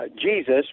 Jesus